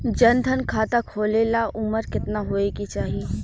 जन धन खाता खोले ला उमर केतना होए के चाही?